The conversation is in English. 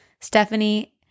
Stephanie